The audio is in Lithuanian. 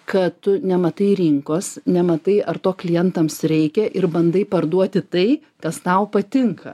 kad tu nematai rinkos nematai ar to klientams reikia ir bandai parduoti tai kas tau patinka